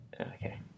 Okay